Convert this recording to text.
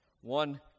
One